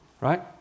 Right